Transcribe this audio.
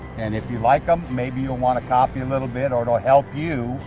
and if you like them maybe you'll want to copy a little bit, or it'll help you